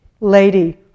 lady